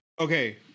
okay